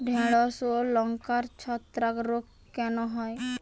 ঢ্যেড়স ও লঙ্কায় ছত্রাক রোগ কেন হয়?